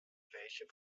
welche